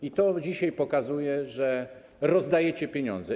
I to dzisiaj pokazuje, że rozdajecie pieniądze.